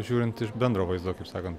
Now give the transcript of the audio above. žiūrint iš bendro vaizdo kaip sakant